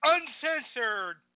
Uncensored